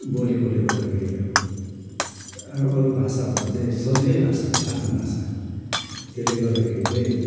बोलेकोले गर्दाखेरि अब अरू अरू भाषाभन्दा चाहिँ सजिलै लाग्छ आफ्नो भाषा त्यसले गर्दाखेरि चाहिँ